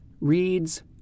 reads